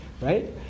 right